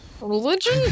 Religion